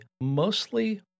mostly